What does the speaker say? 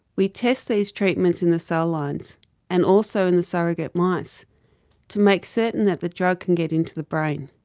we test these treatments in the cell lines and also in the surrogate mice to make certain that the drug can get into the brain.